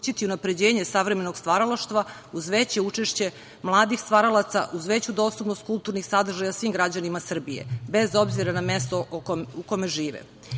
omogućiti unapređenje savremenog stvaralaštva uz veće učešće mladih stvaralaca uz veću dostupnost kulturnih sadržaja svim građanima Srbije bez obzira na mesto u kome žive. Svaka